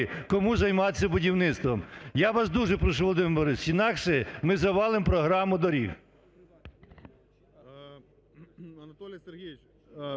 кому займатись будівництвом. Я вас дуже прошу, Володимир Борисович. Інакше ми завалимо програму доріг.